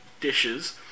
dishes